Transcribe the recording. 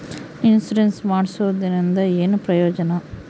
Insurance ಮಾಡ್ಸೋದರಿಂದ ಏನು ಪ್ರಯೋಜನ?